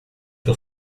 sur